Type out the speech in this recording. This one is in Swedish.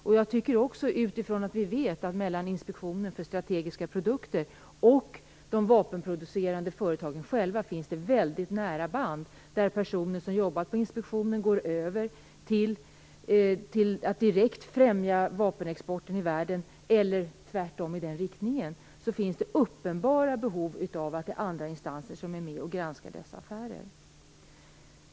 Vi vet att det mellan Inspektionen för strategiska produkter och de vapenproducerande företagen finns väldigt nära band, där personer som har jobbat på inspektionen går över till att direkt främja vapenexport i världen eller tvärtom i den riktningen, och att det därför finns uppenbara behov av att andra instanser är med och granskar dessa affärer.